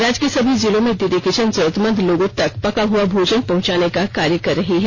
राज्य के सभी जिलों में दीदी किचन जरूरतमंद लोगों तक पका हआ भोजन पहँचाने का कार्य कर रही है